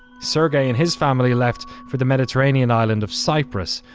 sergey and his family left for the mediterranean island of cyprus.